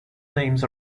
names